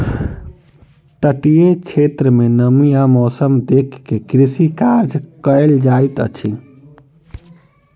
तटीय क्षेत्र में नमी आ मौसम देख के कृषि कार्य कयल जाइत अछि